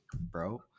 bro